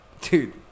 Dude